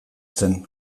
zen